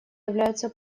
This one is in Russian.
являются